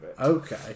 Okay